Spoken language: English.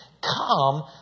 Come